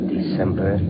December